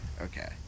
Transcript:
Okay